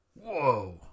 Whoa